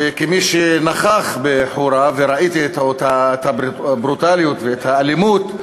וכמי שנכח בחורה וראה את הברוטליות ואת האלימות,